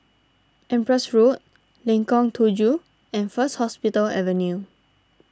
Empress Road Lengkong Tujuh and First Hospital Avenue